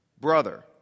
brother